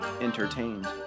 entertained